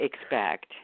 expect